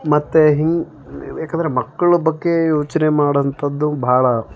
ಮತ್ತೆ ಹೀಗೆ ಏಕೆಂದರೆ ಮಕ್ಕಳ ಬಗ್ಗೆ ಯೋಚನೆ ಮಾಡೋಂಥದ್ದು ಭಾಳ